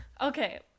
okay